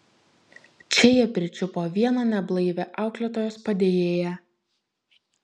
čia jie pričiupo vieną neblaivią auklėtojos padėjėją